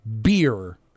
beer